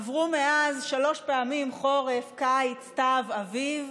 עברו מאז שלוש פעמים חורף, קיץ, סתיו, אביב,